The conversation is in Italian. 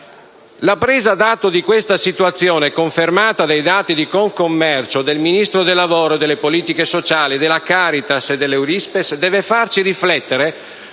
La presa d'atto di questa situazione, confermata dai dati di Confcommercio, del Ministro del lavoro e delle politiche sociali, della Caritas e dell'Eurispes, deve farci riflettere